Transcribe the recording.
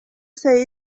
say